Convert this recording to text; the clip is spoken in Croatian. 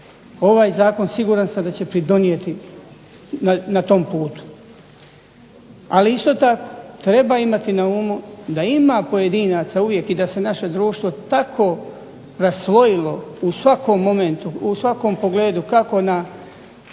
Ovaj zakon siguran sam da će pridonijeti na tom putu. Ali isto tako treba imati na umu da ima pojedinaca uvijek i da se naše društvo tako raslojilo u svakom momentu u svakom pogledu kako na